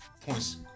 points